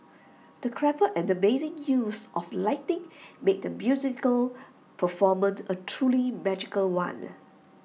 the clever and amazing use of lighting made the musical performance A truly magical one